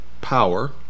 power